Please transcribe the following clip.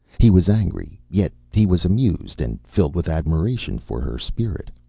he was angry, yet he was amused and filled with admiration for her spirit.